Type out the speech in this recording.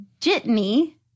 jitney